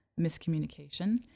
miscommunication